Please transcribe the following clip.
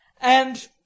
And